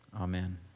Amen